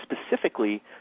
specifically